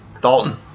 Dalton